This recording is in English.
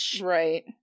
right